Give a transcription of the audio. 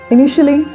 Initially